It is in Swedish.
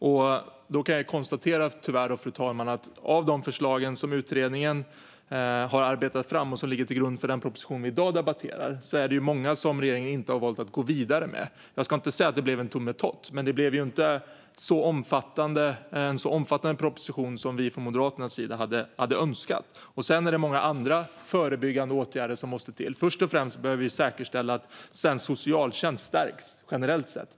Då kan jag tyvärr konstatera, fru talman, att av de förslag som utredningen har arbetat fram och som ligger till grund för den proposition vi i dag debatterar är det många som regeringen har valt att inte gå vidare med. Jag ska inte säga att det blev en tummetott, men det blev inte en så omfattande proposition som vi från Moderaternas sida hade önskat. Många andra förebyggande åtgärder måste också till. Först och främst behöver vi säkerställa att svensk socialtjänst stärks generellt sett.